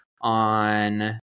on